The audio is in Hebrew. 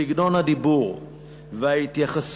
סגנון הדיבור והתייחסות